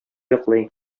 йоклый